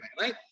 right